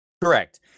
Correct